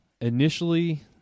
initially